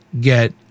get